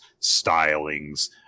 stylings